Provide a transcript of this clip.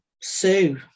Sue